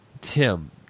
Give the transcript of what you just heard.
Tim